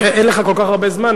אין לך כל כך הרבה זמן,